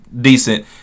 decent